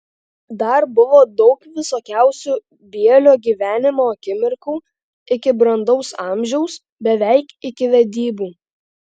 dar buvo daug visokiausių bielio gyvenimo akimirkų iki brandaus amžiaus beveik iki vedybų